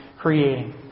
creating